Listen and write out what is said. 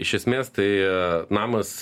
iš esmės tai namas